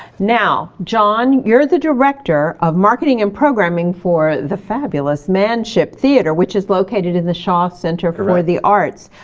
now john, you're the director of marketing and programming for the fabulous manship theatre, which is located in the shaw center for for the arts,